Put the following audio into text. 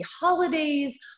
holidays